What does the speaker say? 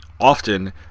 Often